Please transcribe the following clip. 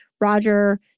Roger